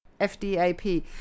FDAP